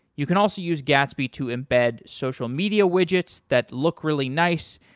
you can also use gatsby to embed social media widgets that look really nice.